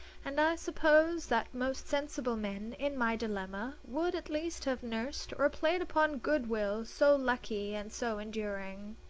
and i suppose that most sensible men, in my dilemma, would at least have nursed or played upon good-will so lucky and so enduring.